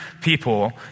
people